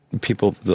people